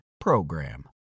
PROGRAM